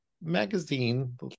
magazine